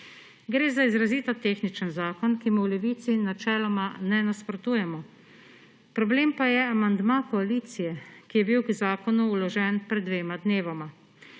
Gre za izrazito tehničen zakon, ki mu v Levici načeloma ne nasprotujemo. Problem pa je amandma koalicije, ki je bil k zakonu vložen pred dvema dnevoma.